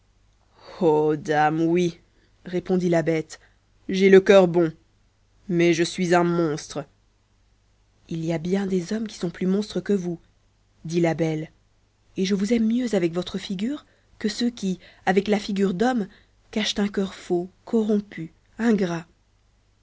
dame oui répondit la bête j'ai le cœur bon mais je suis un monstre il y a bien des hommes qui sont plus monstres que vous dit la belle et je vous aime mieux avec votre figure que ceux qui avec la figure d'hommes cachent un cœur faux corrompu ingrat